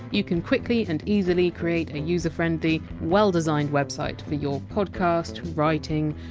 you can quickly and easily create a user-friendly, well-designed website for your podcast, writing,